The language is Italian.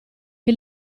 che